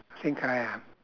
think I am